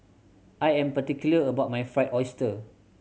I am particular about my Fried Oyster